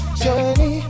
journey